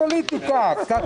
בשעה